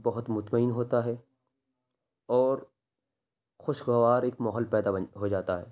بہت مطمئن ہوتا ہے اور خوشگوار ایک ماحول پیدا بن ہو جاتا ہے